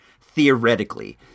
theoretically